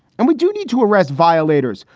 and we do need to arrest violators.